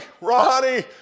Ronnie